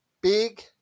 big